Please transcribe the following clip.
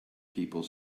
people